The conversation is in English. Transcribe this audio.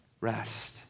rest